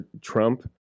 Trump